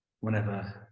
whenever